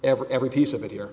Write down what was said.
ever every piece of it here